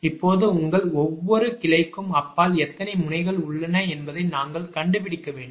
இப்போது உங்கள் ஒவ்வொரு கிளைக்கும் அப்பால் எத்தனை முனைகள் உள்ளன என்பதை நாங்கள் கண்டுபிடிக்க வேண்டும்